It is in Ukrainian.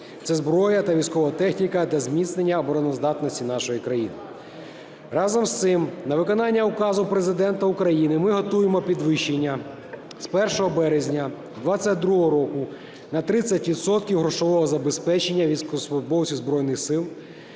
це зброя та військова техніка для зміцнення обороноздатності нашої країни. Разом з цим, на виконання указу Президента України ми готуємо підвищення з 1 березня 22-го року на 30 відсотків грошового забезпечення